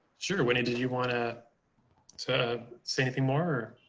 sure. whitney, did you want to to say anything more?